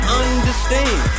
understand